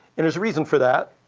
and there's a reason for that.